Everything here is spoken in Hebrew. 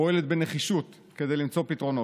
פועלת בנחישות כדי למצוא פתרונות.